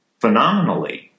phenomenally